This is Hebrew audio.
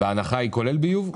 ההנחה כוללת ביוב,